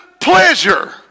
pleasure